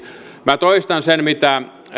minä toistan sen mitä